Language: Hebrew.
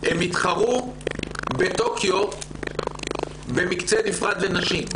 הן יתחרו בטוקיו במקצה נפרד לנשים.